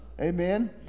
amen